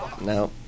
No